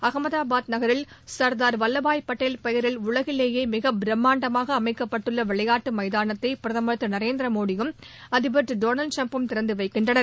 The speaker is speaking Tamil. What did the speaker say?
அகமதாபாத் நகில் சா்தார் வல்வபாய் படேல் பெயரில் உலகிலேயே மிகபிரமாண்டமாக அமைக்கப்பட்டுள்ள விளையாட்டு மைதானத்தை பிரதமா் திரு நரேந்திரமோடியும் அதிபா் திரு ட்ரம்பும் திறந்து வைக்கின்றனர்